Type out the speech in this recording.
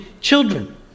children